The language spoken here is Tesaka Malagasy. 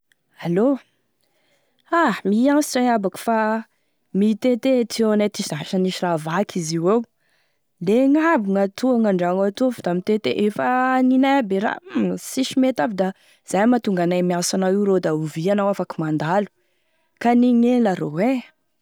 Allô, a mianso iay abako fa mitete e tuyau anay ity sa asa misy raha vaky izy io eo, legny aby gn'atoa gn'andragno atoa, fa da mitete efa haninay aby e raha hh sisy mety aby e raha fa zay mahatonga anay mianso anao io rô da ovia anao afaky mandalo, ka anigny ela rô ein.